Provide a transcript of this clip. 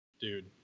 Dude